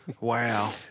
Wow